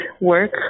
work